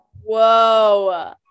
Whoa